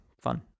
fun